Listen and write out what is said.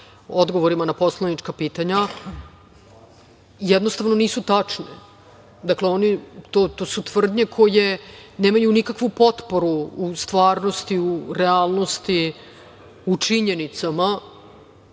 odgovorima na poslanička pitanja, jednostavno nisu tačne. Dakle, to su tvrdnje koje nemaju nikakvu potporu u stvarnosti, u realnosti, u činjenicama